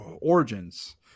origins